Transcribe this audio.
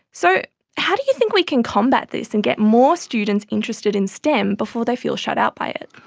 so how do you think we can combat this and get more students interested in stem before they feel shut out by it?